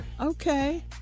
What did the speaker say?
Okay